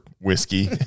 whiskey